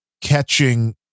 catching